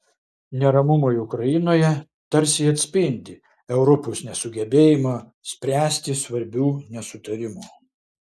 neramumai ukrainoje tarsi atspindi europos nesugebėjimą spręsti svarbių nesutarimų